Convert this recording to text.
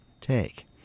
take